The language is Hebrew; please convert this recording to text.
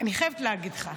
אני חייבת להגיד לך,